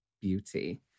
beauty